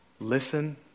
Listen